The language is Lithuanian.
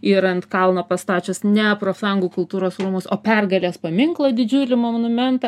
ir ant kalno pastačius ne profsąjungų kultūros rūmus o pergalės paminklą didžiulį monumentą